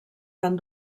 van